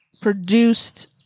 produced